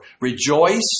Rejoice